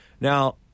now